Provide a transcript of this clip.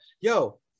yo